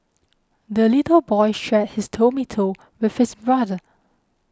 the little boy shared his tomato with his brother